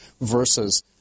versus